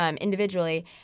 individually